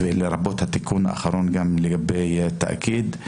לרבות תיקון האחרון לגבי תאגיד.